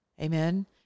Amen